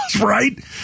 right